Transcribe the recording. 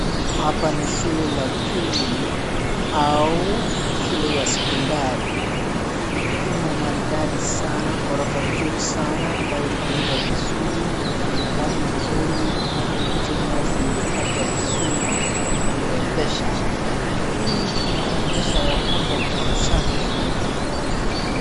Hapa ni shule la upili au shule ya sekondari. Imo maridadi sana, gorofa mzuri sana ambayo ilijengwa vizuri, ina rangi nzuri. Humu nje nyasi ilikatwa vizuri na kuirembesha. Hii inaonyesha ya kwamba kuna usafi shule hii.